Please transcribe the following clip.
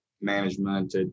management